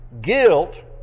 guilt